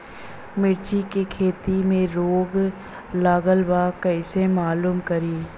मिर्ची के खेती में रोग लगल बा कईसे मालूम करि?